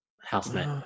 housemate